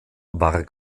war